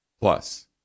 Plus